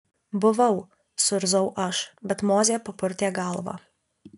buvau suirzau aš bet mozė papurtė galvą